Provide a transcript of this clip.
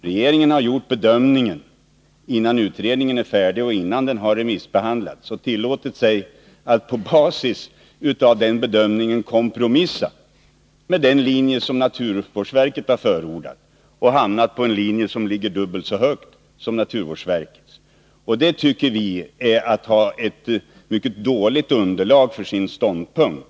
Regeringen har gjort en bedömning, innan utredningen är färdig och innan den har remissbehand lats, och tillåtit sig att på basis av den bedömningen kompromissa med den linje som naturvårdsverket har förordat samt hamnat på en linje som ligger dubbelt så högt som naturvårdsverkets. Det tycker vi är att ha ett mycket dåligt underlag för sin ståndpunkt.